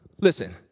listen